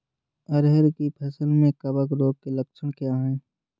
अरहर की फसल में कवक रोग के लक्षण क्या है?